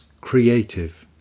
creative